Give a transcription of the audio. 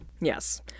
Yes